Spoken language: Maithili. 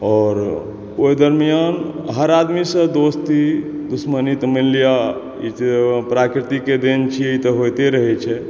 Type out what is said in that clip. आओर ओय दरमियान हर आदमीसऽ दोस्ती दुश्मनी तऽ मानि लिअ ई तऽ प्राकृतिके देन छियै ई तऽ होइते रहै छै